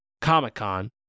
Comic-Con